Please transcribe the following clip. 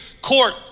court